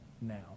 now